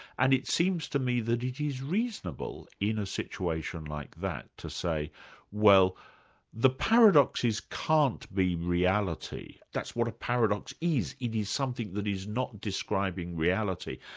and it seems to me that it is reasonable in a situation like that, to say well the paradoxes can't be reality, that's what a paradox is, it is something that is not describing reality.